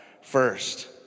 first